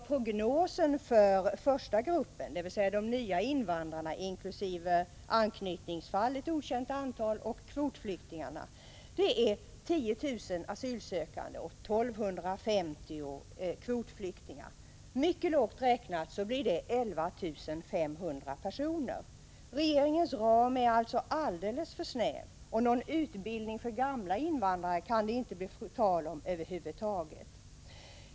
Prognosen för nya invandrare inkl. anknytningsfall — ett okänt antal — och kvotflyktingarna anger 10 000 asylsökande och 1 250 kvotflyktingar. Mycket lågt räknat blir det 11 500 personer. Regeringens ram är således alldeles för snäv, och någon utbildning för tidigare invandrade kan det över huvud taget inte bli tal om.